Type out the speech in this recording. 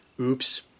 Oops